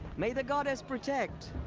may the goddess protect.